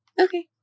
Okay